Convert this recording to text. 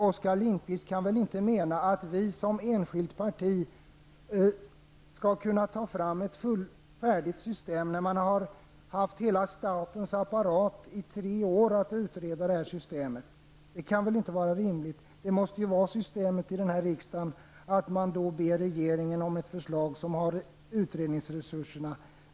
Oskar Lindkvist kan väl inte mena att vi som enskilt parti skall kunna ta fram ett färdigt system, när regeringen har låtit statens hela apparat i tre år att utreda systemet. Ordningen här i riksdagen måste ju vara att man ber regeringen, som har utredningsresurserna, om ett förslag.